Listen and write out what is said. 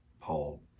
Paul